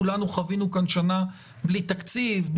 כולנו חווינו כאן שנה בלי תקציב.